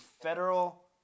Federal